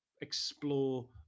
explore